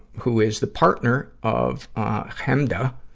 who is the partner of, ah, chemda,